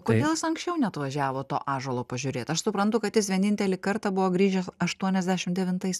kodėl jis anksčiau neatvažiavo to ąžuolo pažiūrėt aš suprantu kad jis vienintelį kartą buvo grįžęs aštuoniasdešim devintais